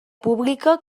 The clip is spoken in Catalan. pública